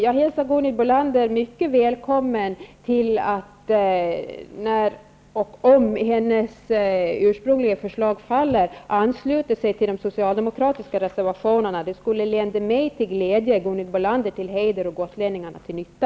Jag hälsar Gunhild Bolander mycket välkommen till att när och om hennes ursprungliga förslag faller ansluta sig till de socialdemokratiska reservationerna. Det skulle lända mig till glädje, Gunhild Bolander till heder och gotlänningarna till nytta.